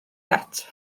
het